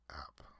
app